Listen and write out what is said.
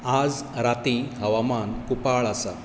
आज रातीं हवामान कुपाळ आसा